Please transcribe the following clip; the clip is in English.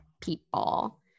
people